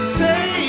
say